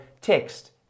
text